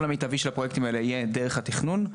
המיטבי של הפרויקטים האלה יהיה דרך התכנון.